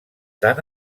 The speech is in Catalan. tant